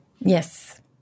Yes